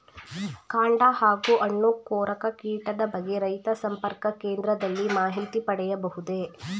ಕಾಂಡ ಹಾಗೂ ಹಣ್ಣು ಕೊರಕ ಕೀಟದ ಬಗ್ಗೆ ರೈತ ಸಂಪರ್ಕ ಕೇಂದ್ರದಲ್ಲಿ ಮಾಹಿತಿ ಪಡೆಯಬಹುದೇ?